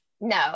No